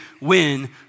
win